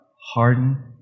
harden